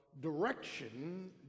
direction